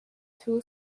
two